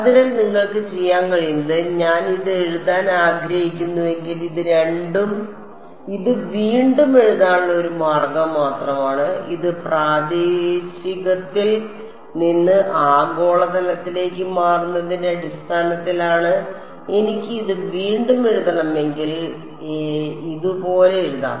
അതിനാൽ നിങ്ങൾക്ക് ചെയ്യാൻ കഴിയുന്നത് ഞാൻ ഇത് എഴുതാൻ ആഗ്രഹിക്കുന്നുവെങ്കിൽ ഇത് വീണ്ടും എഴുതാനുള്ള ഒരു മാർഗം മാത്രമാണ് ഇത് പ്രാദേശികത്തിൽ നിന്ന് ആഗോളതലത്തിലേക്ക് മാറുന്നതിന്റെ അടിസ്ഥാനത്തിലാണ് എനിക്ക് ഇത് വീണ്ടും എഴുതണമെങ്കിൽ എനിക്ക് ഇതുപോലെ എഴുതാം